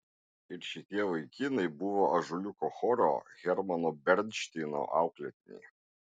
ir šitie vaikinai buvo ąžuoliuko choro hermano bernšteino auklėtiniai